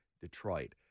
Detroit